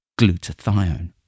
glutathione